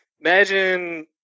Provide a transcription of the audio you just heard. imagine